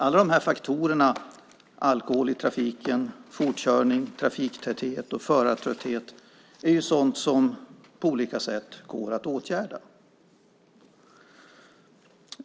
Alla dessa faktorer - alkohol i trafiken, fortkörning, trafiktäthet och förartrötthet - är sådana som på olika sätt går att åtgärda.